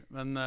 Men